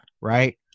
right